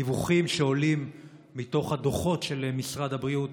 הדיווחים שעולים מתוך הדוחות של משרד הבריאות